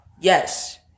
yes